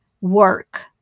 work